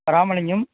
Ramalingam